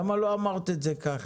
למה לא אמרת את זה ככה?